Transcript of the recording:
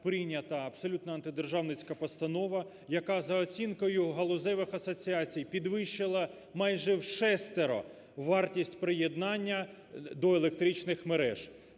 прийнята абсолютно антидержавницька постанова, яка за оцінкою галузевих асоціацій підвищила майже в шестеро вартість приєднання до електричних мереж.